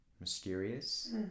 mysterious